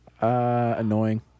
Annoying